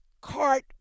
cart